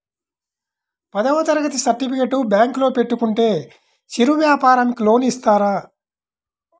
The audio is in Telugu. పదవ తరగతి సర్టిఫికేట్ బ్యాంకులో పెట్టుకుంటే చిరు వ్యాపారంకి లోన్ ఇస్తారా?